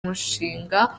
mushinga